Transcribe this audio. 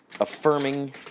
affirming